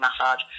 massage